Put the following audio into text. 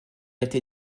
été